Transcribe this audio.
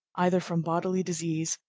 either from bodily disease,